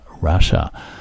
Russia